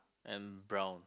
and brown